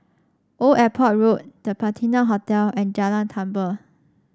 Old Airport Road The Patina Hotel and Jalan Tambur